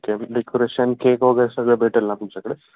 okay decoration cake वगैरे सगळं भेटेल ना तुमच्याकडे